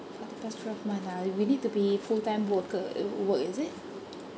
for the past twelve month ah we need to be full time worker err work is it